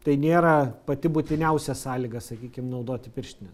tai nėra pati būtiniausia sąlyga sakykim naudoti pirštines